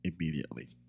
immediately